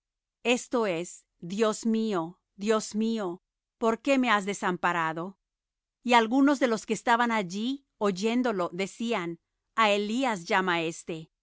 esto es dios mío dios mío por qué me has desamparado y algunos de los que estaban allí oyéndolo decían a elías llama éste